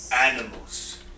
Animals